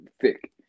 thick